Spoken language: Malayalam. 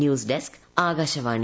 news desk Akashvani